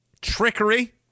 trickery